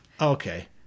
okay